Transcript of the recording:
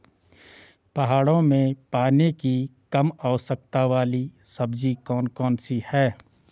पहाड़ों में पानी की कम आवश्यकता वाली सब्जी कौन कौन सी हैं?